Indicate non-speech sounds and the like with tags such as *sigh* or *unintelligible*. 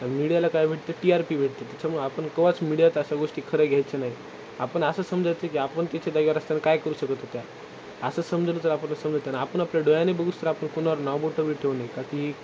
मिडियाला काय भेटते T R P भेटते त्याच्यामुळे आपण केव्हाच मिडियात अशा गोष्टी खरं घ्यायचे नाही आपण असं समजायचं की आपण तिच्या जागेवर असताना काय करू शकत होतो असं समजलं तर *unintelligible* आपण आपल्या डोळ्यानं बघेस्तोवर आपण कुणावर नाव बोटं बी ठेऊ नाही का ती